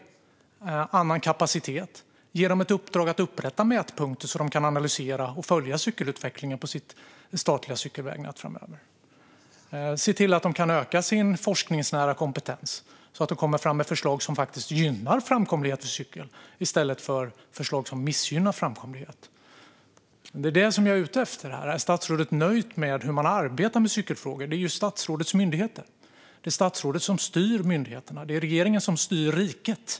Kommer han att ge dem annan kapacitet eller ett uppdrag att upprätta mätpunkter så att de kan analysera och följa cykelutvecklingen på sitt statliga cykelvägnät framöver? Kommer han att se till att de kan öka sin forskningsnära kompetens så att de kommer fram med förslag som faktiskt gynnar framkomligheten för cykel i stället för förslag som missgynnar framkomligheten? Det är detta jag är ute efter här. Är statsrådet nöjd med hur man arbetar med cykelfrågor? Det är ju statsrådets myndigheter. Det är statsrådet som styr myndigheterna, och det är regeringen som styr riket.